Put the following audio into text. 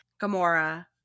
Gamora